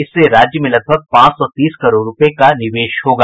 इससे राज्य में लगभग पांच सौ तीस करोड़ रूपये का निवेश होगा